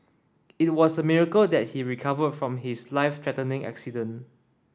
it was a miracle that he recovered from his life threatening accident